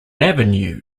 avenue